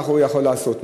ככה הוא יכול לעשות.